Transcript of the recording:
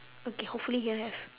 okay hopefully here have